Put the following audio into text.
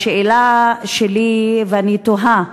השאלה שלי, ואני תוהה,